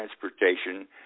transportation